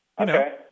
Okay